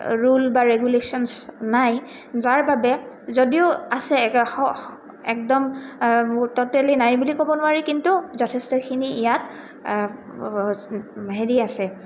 rule বা regulations নাই যাৰ বাবে যদিও আছে একদম ট'টেলি নাই বুলি ক'ব নোৱাৰি কিন্তু যথেষ্টখিনি ইয়াত হেৰি আছে